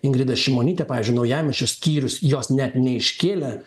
ingridą šimonytę pavyzdžiui naujamiesčio skyrius jos net neiškėlė